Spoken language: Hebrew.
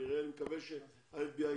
כנראה לפתור ואני מקווה שה-FBI יסכים.